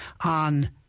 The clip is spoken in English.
on